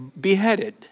beheaded